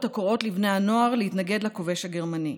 שקראו לבני הנוער להתנגד לכובש הגרמני.